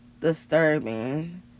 disturbing